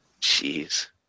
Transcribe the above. Jeez